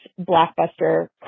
blockbuster